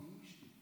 מאשתי.